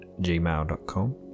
gmail.com